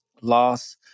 loss